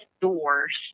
doors